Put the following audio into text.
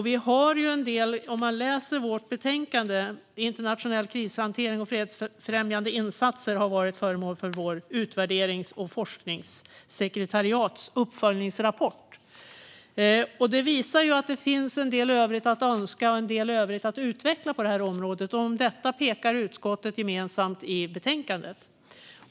Som man kan läsa i vårt betänkande har internationell krishantering och fredsfrämjande insatser varit föremål för vårt utvärderings och forskningssekretariats uppföljningsrapport. Det finns en del övrigt att önska och en del övrigt att utveckla på det här området. På detta pekar utskottet gemensamt i betänkandet.